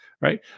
right